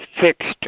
fixed